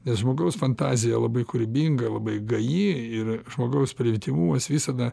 nes žmogaus fantazija labai kūrybinga labai gaji ir žmogaus primityvumas visada